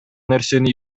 нерсени